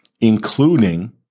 including